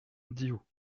diou